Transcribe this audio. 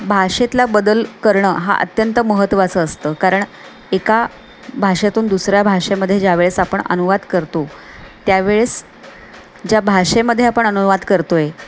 भाषेतला बदल करणं हा अत्यंत महत्त्वाचं असतं कारण एका भाषेतून दुसऱ्या भाषेमध्ये ज्यावेळेस आपण अनुवाद करतो त्यावेळेस ज्या भाषेमध्ये आपण अनुवाद करतो आहे